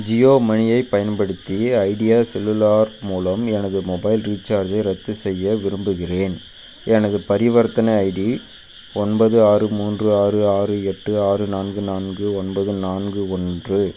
ஜியோமணியைப் பயன்படுத்தி Idea cellular மூலம் எனது மொபைல் ரீசார்ஜை ரத்துசெய்ய விரும்புகின்றேன் எனது பரிவர்த்தனை ஐடி ஒன்பது ஆறு மூன்று ஆறு ஆறு எட்டு ஆறு நான்கு நான்கு ஒன்பது நான்கு ஒன்று